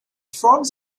forms